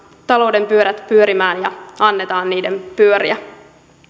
talouden pyörät pyörimään ja annetaan niiden pyöriä